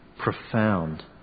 profound